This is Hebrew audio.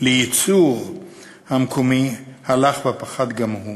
בייצור המקומי הלכה ופחתה גם היא.